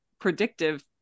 predictive